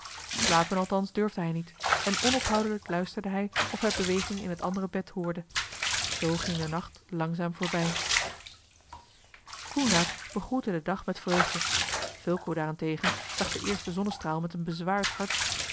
slapen althans durfde hij niet en onophoudelijk luisterde hij of hij beweging in het andere bed hoorde zoo ging de nacht langzaam voorbij coenraad begroette den dag met vreugde fulco daarentegen zag de eerste zonnestraal met een bezwaard hart